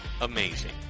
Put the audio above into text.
amazing